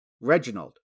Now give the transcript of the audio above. Reginald